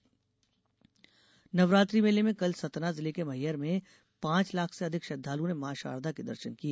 सतना मेला नवरात्रि मेले में कल सतना जिले के मैहर में पांच लाख से अधिक श्रद्वालुओं ने मां शारदा के दर्शन किए